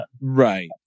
Right